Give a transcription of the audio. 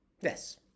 Yes